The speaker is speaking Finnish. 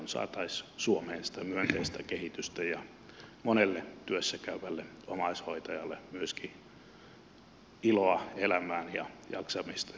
saataisiin suomeen sitä myönteistä kehitystä ja monelle työssä käyvälle omaishoitajalle myöskin iloa elämään ja jaksamista